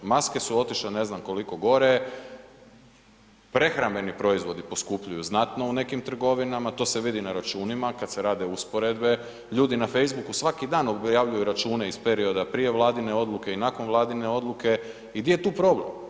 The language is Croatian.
Maske su otišle ne znam koliko gore, prehrambeni proizvodi poskupljuju znatno u nekim trgovinama, to se vidi na računima kad se rade usporedbe, ljudi na Facebooku svaki dan objavljuju račune iz perioda prije Vladine odluke i nakon Vladine odluke i di je tu problem?